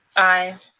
aye.